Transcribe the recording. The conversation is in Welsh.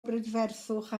brydferthwch